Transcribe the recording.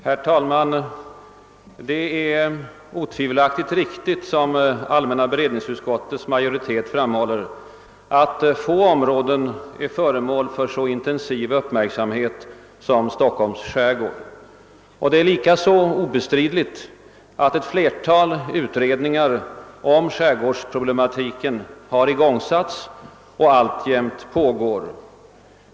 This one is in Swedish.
Herr talman! Det är som allmänna beredningsutskottets majoritet framhåller otvivelaktigt riktigt att få områden är föremål för så intensiv uppmärksamhet som Stockholms skärgård och det är lika obestridligt att flera utredningar om skärgårdsproblematiken har igångsatts och alltjämt pågår.